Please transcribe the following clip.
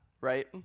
right